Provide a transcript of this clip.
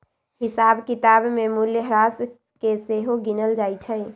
हिसाब किताब में मूल्यह्रास के सेहो गिनल जाइ छइ